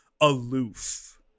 aloof